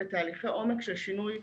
בתהליכי עומק של שינוי,